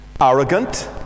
arrogant